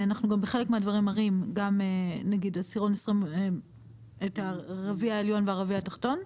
אנחנו גם בחלק מהדברים מראים גם את הרביע העליון והרביע התחתון.